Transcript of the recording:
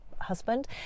husband